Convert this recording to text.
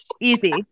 Easy